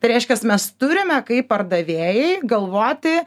tai reiškias mes turime kaip pardavėjai galvoti